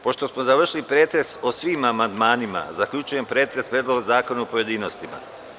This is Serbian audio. Pošto smo završili pretres po svim amandmanima, zaključujem pretres predloga zakona u pojedinostima.